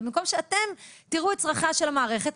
במקום שאתם תראו את צרכיה של המערכת.